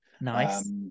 Nice